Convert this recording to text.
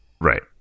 Right